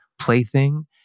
plaything